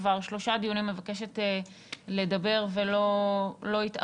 שכבר שלושה דיונים מבקשת לדבר ולא התאפשר,